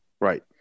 Right